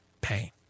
Pain